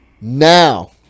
Now